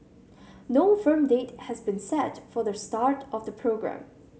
no firm date has been set for the start of the programme